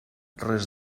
res